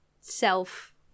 self